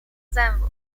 zębów